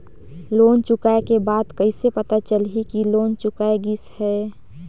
Loan चुकाय के बाद कइसे पता चलही कि लोन चुकाय गिस है?